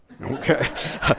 okay